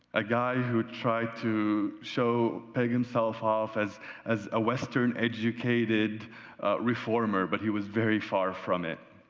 a guy who tried to show, peg himself off as as a western educated reformer, but he was very far from it.